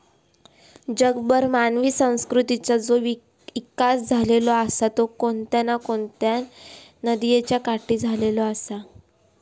जगभर मानवी संस्कृतीचा जो इकास झालेलो आसा तो कोणत्या ना कोणत्या नदीयेच्या काठी झालेलो आसा